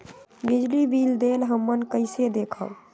बिजली बिल देल हमन कईसे देखब?